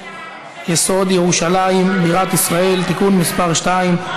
חוק-יסוד: ירושלים בירת ישראל (תיקון מס' 2)